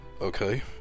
Okay